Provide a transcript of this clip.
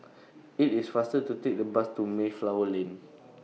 IT IS faster to Take The Bus to Mayflower Lane